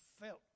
felt